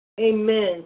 Amen